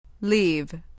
Leave